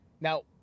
Now